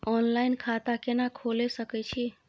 Online खाता केना खोले सकै छी?